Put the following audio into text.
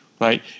right